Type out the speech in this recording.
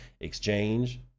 exchange